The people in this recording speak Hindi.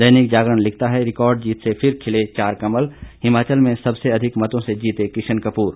दैनिक जागरण लिखता है रिकॉर्ड जीत से फिर खिले चार कमल हिमाचल में सबसे अधिक मतों से जीते किशन कपूर